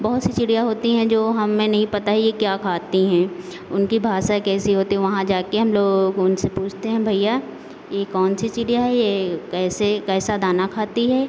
बहुत सी चिड़ियाँ होती है जो हमें नहीं पता है ये क्या खाती हैं उनकी भाषा कैसे होती है वहाँ जाके हम लोग उनसे पूछते हैं भैया ये कौन सी चिड़िया है ये कैसा कैसा दाना खाती है